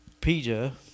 Peter